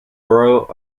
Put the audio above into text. borough